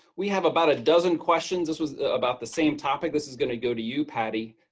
we have about a dozen questions. this was about the same topic. this is going to go to you, patty,